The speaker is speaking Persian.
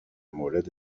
مورد